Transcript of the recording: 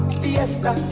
fiesta